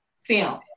film